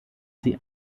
sie